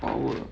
power